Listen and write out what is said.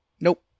Nope